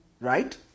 Right